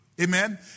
Amen